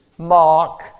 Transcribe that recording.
Mark